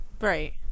Right